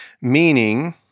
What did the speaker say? meaning